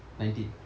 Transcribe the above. nineteen